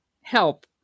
help